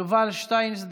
יובל שטייניץ,